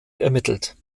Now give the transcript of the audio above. ermittelt